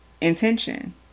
intention